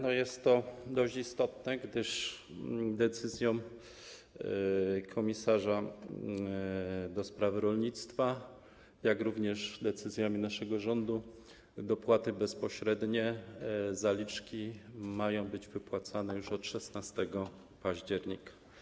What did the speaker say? To jest dość istotne, gdyż decyzją komisarza ds. rolnictwa, jak również decyzjami naszego rządu dopłaty bezpośrednie, zaliczki mają być wypłacane już od 16 października.